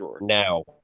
now